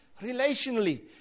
relationally